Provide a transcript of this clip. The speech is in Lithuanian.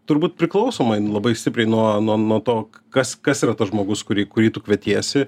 turbūt priklausomai labai stipriai nuo nuo nuo to kas kas yra tas žmogus kurį kurį tu kvietiesi